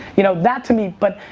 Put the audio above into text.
you know, that's me but,